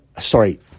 Sorry